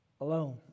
Alone